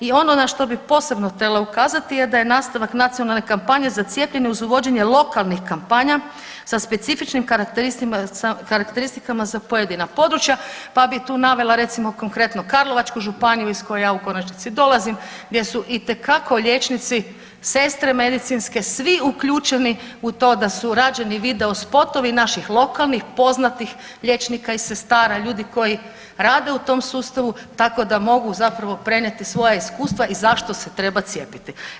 I ono na što bi posebno htjela ukazati je da je nastavak nacionalne kampanje za cijepljenje uz uvođenje lokalnih kampanja sa specifičnim karakteristikama za pojedina područja, pa bih tu navela recimo konkretno Karlovačku županiju iz koje ja u konačnici dolazim, gdje su itekako liječnici, sestre medicinske svi uključeni u to da su rađeni video spotovi naših lokalnih, poznatih liječnika i sestara, ljudi koji rade u tom sustavu, tako da mogu zapravo prenijeti svoja iskustva i zašto se treba cijepiti.